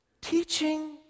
teaching